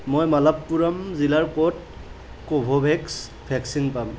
মই মালাপ্পুৰম জিলাৰ ক'ত কোভোভেক্স ভেকচিন পাম